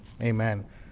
amen